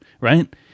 right